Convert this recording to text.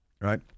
right